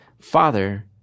father